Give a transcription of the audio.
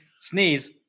sneeze